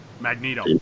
Magneto